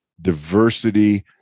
diversity